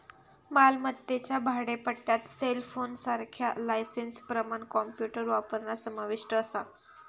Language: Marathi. मालमत्तेच्या भाडेपट्ट्यात सेलफोनसारख्या लायसेंसप्रमाण कॉम्प्युटर वापरणा समाविष्ट असा